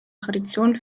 tradition